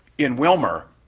in willmar,